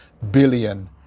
billion